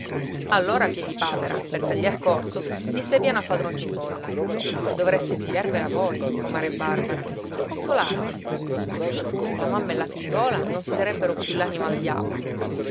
allora piedipapera per tagliar corto disse piano a padron cipolla dovreste pigliarvela voi comare barbara per consolarvi così la mamma e la figliuola non si darebbero più l'anima al diavolo